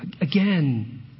Again